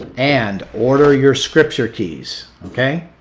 and order your scripture keys. okay?